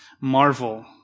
marvel